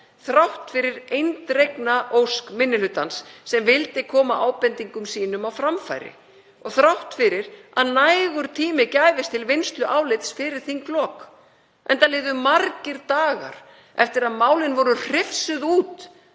þrátt fyrir eindregna ósk minni hlutans sem vildi koma ábendingum sínum á framfæri og þrátt fyrir að nægur tími gæfist til vinnslu álits fyrir þinglok, enda liðu margir dagar eftir að málin voru hrifsuð út